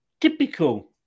Typical